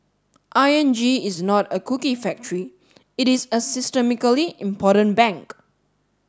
I N G is not a cookie factory it is a systemically important bank